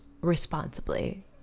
responsibly